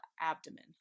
abdomen